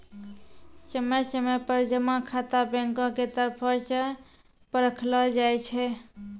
समय समय पर जमा खाता बैंको के तरफो से परखलो जाय छै